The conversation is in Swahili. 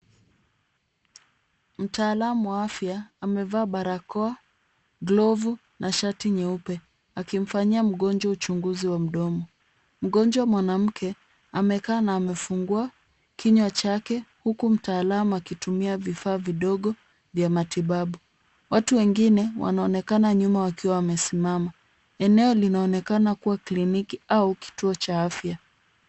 Mtaalamu wa afya amevaa barakoa, glovu na shati nyeupe, akimfanyia uchunguzi wa mdomo. Mgonjwa mwanamke, amekaa na amefungua kinywa chake huku mtaalamu akitumia vifaa vidogo vya matibabu. Watu wengine wanaonekana nyuma wakiwa wamesimama. Eneo linaonekana kuwa kliniki au kituo cha afya.